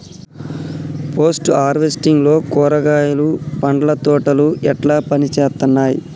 Post harvesting లో కూరగాయలు పండ్ల తోటలు ఎట్లా పనిచేత్తనయ్?